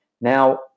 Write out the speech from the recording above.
Now